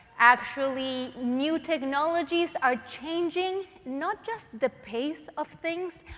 actually, new technologies are changing not just the pace of things,